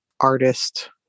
artist